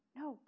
no